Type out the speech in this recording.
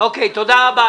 תודה רבה.